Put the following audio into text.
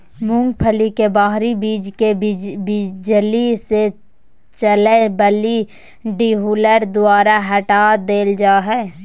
मूंगफली के बाहरी बीज के बिजली से चलय वला डीहुलर द्वारा हटा देल जा हइ